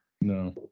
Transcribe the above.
no